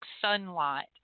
sunlight